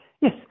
yes